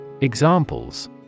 examples